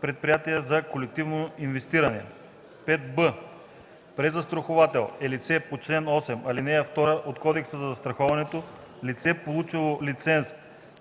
предприятия за колективно инвестиране. 5б. „Презастраховател” е лице по чл. 8, ал. 2 от Кодекса за застраховането, лице, получило лиценз